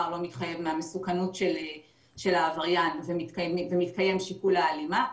לא מתחייב מהמסוכנות של העבריין ומתקיים שיקול ההלימה,